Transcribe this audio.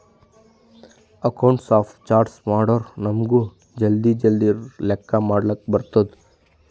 accounts of charts ಮಾಡುರ್ ನಮುಗ್ ಜಲ್ದಿ ಜಲ್ದಿ ಲೆಕ್ಕಾ ಮಾಡ್ಲಕ್ ಬರ್ತುದ್